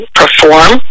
perform